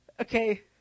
Okay